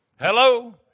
Hello